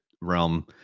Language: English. realm